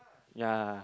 ya